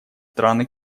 страны